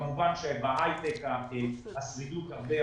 כמובן שבהייטק השרידות הרבה,